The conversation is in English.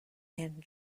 and